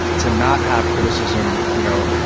to not have criticism, you know,